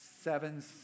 seven